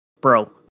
bro